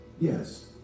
Yes